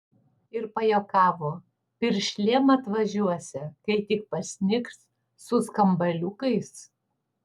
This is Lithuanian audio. ir pajuokavo piršlėm atvažiuosią kai tik pasnigs su skambaliukais